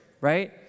right